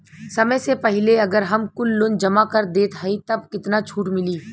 समय से पहिले अगर हम कुल लोन जमा कर देत हई तब कितना छूट मिली?